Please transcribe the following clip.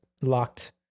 locked